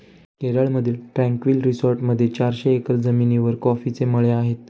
केरळमधील ट्रँक्विल रिसॉर्टमध्ये चारशे एकर जमिनीवर कॉफीचे मळे आहेत